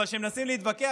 אבל כשמנסים להתווכח,